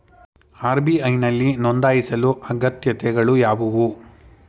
RBI ನಲ್ಲಿ ನೊಂದಾಯಿಸಲು ಅಗತ್ಯತೆಗಳು ಯಾವುವು?